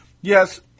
Yes